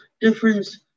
difference